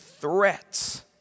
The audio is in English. threats